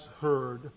heard